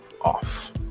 off